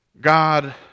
God